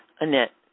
Annette